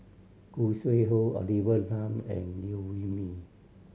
Khoo Sui Hoe Olivia Lum and Liew Wee Mee